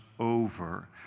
Over